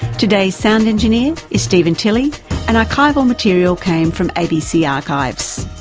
today's sound engineer is steven tilley and archival material came from abc archives.